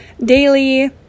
daily